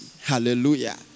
Hallelujah